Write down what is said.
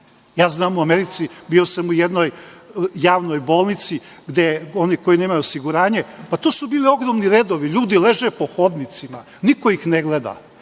Znam da u Americi, bio sam u jednoj javnoj bolnici gde oni koji nemaju osiguranje, pa tu su bili ogromni redovi, ljudi leže po hodnicima, niko ih ne gleda.